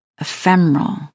ephemeral